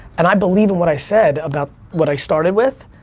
and i believe in what i said about what i started with,